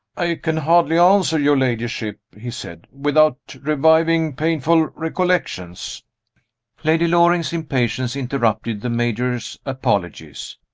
i can hardly answer your ladyship, he said, without reviving painful recollections lady loring's impatience interrupted the major's apologies.